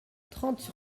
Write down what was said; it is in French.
trente